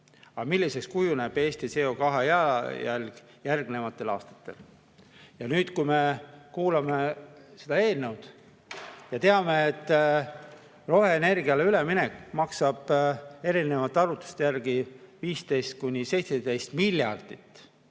milliseks kujuneb Eesti CO2jalajälg järgnevatel aastatel? Ja nüüd me kuulame seda eelnõu ja teame, et roheenergiale üleminek maksab erinevate arvutuste järgi 15–17 miljardit